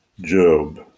Job